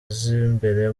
z’imbere